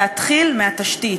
להתחיל מהתשתית.